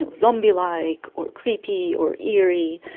and zombie-like or creepy or eerie.